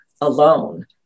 alone